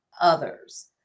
others